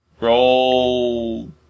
Roll